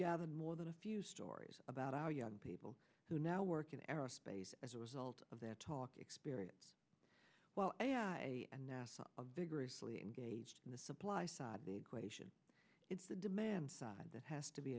gathered more than a few stories about our young people who now work in aerospace as a result of that talk experience while nasa vigorously engaged in the supply side big question it's the demand side that has to be